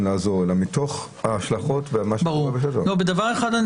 לעזור אלא מתוך ההשלכות ומה שמעבר -- בדבר אחד אני